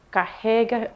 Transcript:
carrega